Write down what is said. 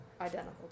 identical